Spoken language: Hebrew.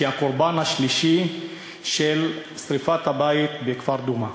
שהיא הקורבן השלישי של שרפת הבית בכפר דומא,